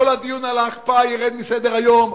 כל הדיון על ההקפאה ירד מסדר-היום,